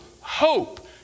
Hope